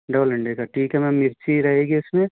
double अंडे का ठीक है मैम मिर्ची रहेगी इसमें